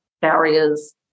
barriers